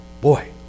boy